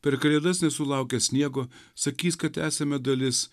per kalėdas nesulaukęs sniego sakys kad esame dalis